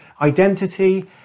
identity